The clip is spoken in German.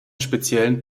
speziellen